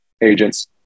agents